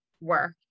work